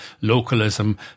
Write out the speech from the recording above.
localism